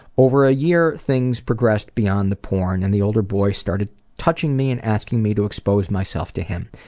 over a year, things progressed beyond the porn, and the older boy started touching me and asking me to expose myself to him.